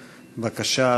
בבקשה,